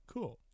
Cool